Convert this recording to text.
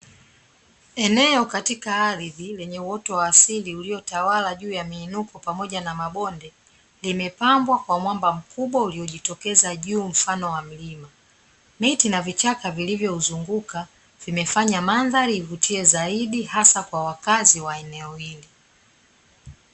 Eneo katika ardhi lenye uoto wa asili uliotawala juu ya miinuko pamoja na mabonde, limepambwa kwa mwamba mkubwa uliojitokeza juu mfano wa mlima. Miti na vichaka vilivyouzunguka vinafanya mandhari ivutie zaidi hasa kwa wakazi wa eneo hili.